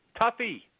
Tuffy